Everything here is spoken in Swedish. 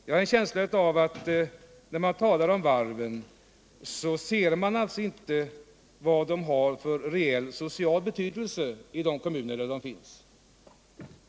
Jag har en känsla av att när man talar om varven, ser man inte vad de har för reell social betydelse i de kommuner där de är belägna.